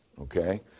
Okay